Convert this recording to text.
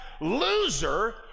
loser